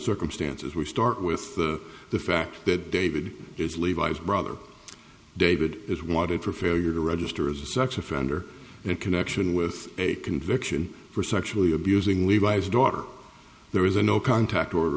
circumstances we start with the the fact that david is levi's brother david is wanted for failure to register as a sex offender in connection with a conviction for sexually abusing levi's daughter there is a no contact order